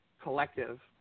collective